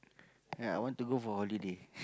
ya I want to go for holiday